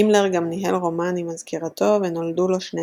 הימלר גם ניהל רומן עם מזכירתו ונולדו לו שני